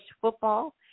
football